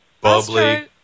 bubbly